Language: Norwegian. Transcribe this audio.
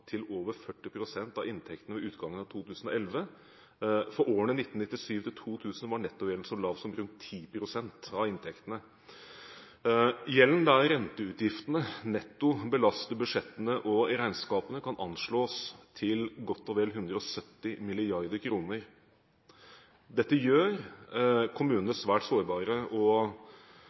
til over 40 pst. av inntektene ved utgangen av 2011. I årene 1997–2000 var nettogjelden så lav som rundt 10 pst. av inntektene. Gjelden der renteutgiftene netto belaster budsjettene og regnskapene, kan anslås til godt og vel 170 mrd. kr. Dette gjør kommunene svært sårbare for eventuelle renteøkninger, og